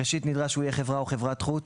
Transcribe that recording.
ראשית, נדרש שהוא יהיה חברה, או חברת חוץ.